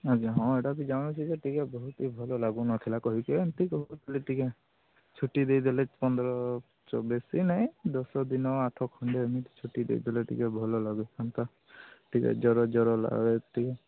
ଆଜ୍ଞା ହଁ ଏଇଟା ବି ଜାଣୁଛି ଯେ ଟିକେ ବହୁତ ହି ଭଲ ଲାଗୁନଥିଲା କହିକି ଏମତି କହୁଥିଲି ଟିକେ ଛୁଟି ଦେଇଦେଲେ ପନ୍ଦର ଚବିଶି ନାହିଁ ଦଶଦିନ ଆଠ ଖଣ୍ଡେ ଏମିତି ଛୁଟି ଦେଇଦେଲେ ଟିକେ ଭଲ ଲାଗିଥାନ୍ତା ଟିକେ ଜର ଜର ଲାଗୁଛି